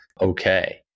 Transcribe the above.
okay